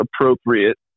appropriate